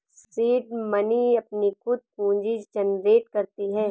seed money अपनी खुद पूंजी जनरेट करती है